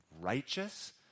righteous